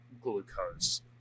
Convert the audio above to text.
glucose